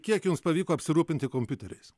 kiek jums pavyko apsirūpinti kompiuteriais